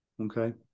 Okay